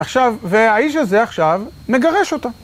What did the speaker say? עכשיו, והאיש הזה עכשיו מגרש אותה.